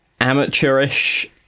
amateurish